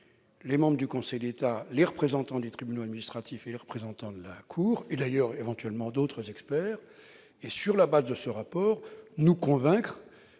les membres du Conseil d'État, les représentants des tribunaux administratifs et les représentants de la CNDA, ainsi, éventuellement, que d'autres experts, puis, sur la base de ce rapport, de nous convaincre